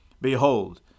Behold